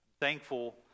Thankful